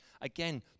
again